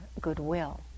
goodwill